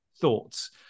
thoughts